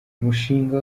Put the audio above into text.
umushinga